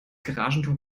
garagentor